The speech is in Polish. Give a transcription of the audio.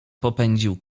popędził